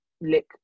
lick